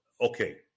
Okay